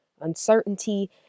Uncertainty